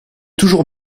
toujours